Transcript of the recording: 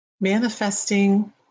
Manifesting